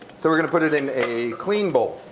so we're going to put it in a clean bowl